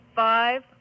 Five